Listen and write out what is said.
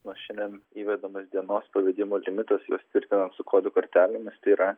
nuo šiandien įvedamas dienos pavedimo limitas juos tvirtinant su kodų kortelėmis tai yra